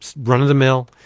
run-of-the-mill